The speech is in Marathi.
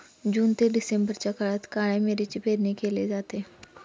जून ते डिसेंबरच्या काळात काळ्या मिरीची पेरणी केली जाते